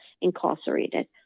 incarcerated